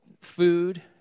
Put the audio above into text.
food